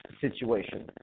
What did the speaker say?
situation